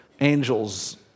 Angels